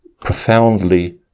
profoundly